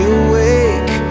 awake